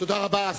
תודה רבה.